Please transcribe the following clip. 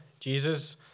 Jesus